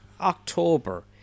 October